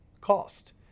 cost